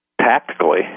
tactically